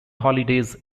holidays